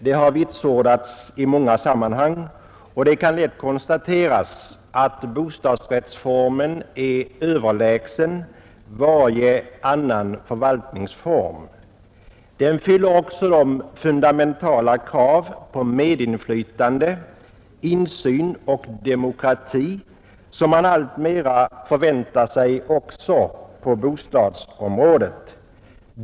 Det har vitsordats i många sammanhang och kan lätt konstateras att bostadsrättsformen är överlägsen varje annan förvaltningsform. Den fyller också de fundamentala krav på medinflytande, insyn och demokrati som man alltmer förväntar sig också på bostadsområdet.